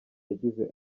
yagize